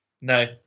No